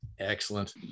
Excellent